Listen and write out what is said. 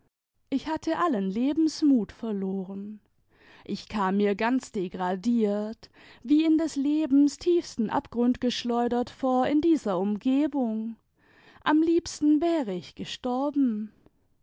ich hatte allen lebensmut verloren ich kam mir ganz degradiert wie in des lebens tiefsten abgrund geschleudert vor in dieser umgebung am liebsten wäre ich gestorben